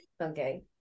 okay